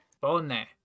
Bone